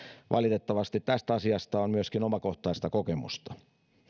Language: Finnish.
valitettavasti tästä asiasta on myöskin omakohtaista kokemusta